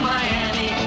Miami